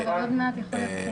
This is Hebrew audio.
לפחות עד יום רביעי היא ממשיכה.